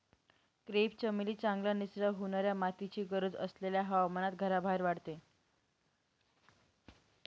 crepe चमेली चांगल्या निचरा होणाऱ्या मातीची गरज असलेल्या हवामानात घराबाहेर वाढते